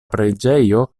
preĝejo